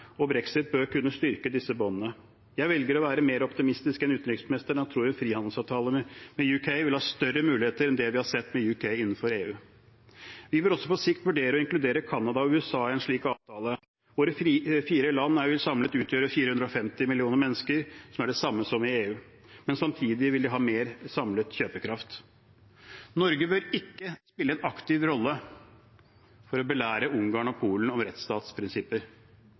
og brexit bør kunne styrke disse båndene. Jeg velger å være mer optimistisk enn utenriksministeren og tror at en frihandelsavtale med UK vil ha større muligheter enn det vi har sett med UK innenfor EU. Vi bør også på sikt vurdere å inkludere Canada og USA i en slik avtale. Våre fire land vil samlet utgjøre 450 millioner mennesker, som er det samme som i EU, men samtidig vil vi ha mer samlet kjøpekraft. Norge bør ikke spille en aktiv rolle for å belære Ungarn og Polen om rettsstatsprinsipper.